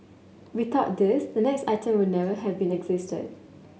without this the next item would never have been existed